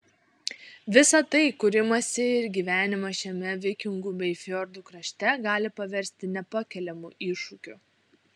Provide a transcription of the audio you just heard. visa tai kūrimąsi ir gyvenimą šiame vikingų bei fjordų krašte gali paversti nepakeliamu iššūkiu